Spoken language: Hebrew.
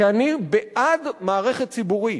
כי אני בעד מערכת ציבורית.